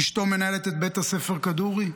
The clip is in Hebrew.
אשתו מנהלת את בית הספר כדורי,